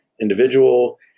individual